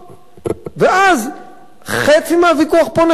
ואז חצי מהוויכוח פה נחסך.